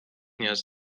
نیاز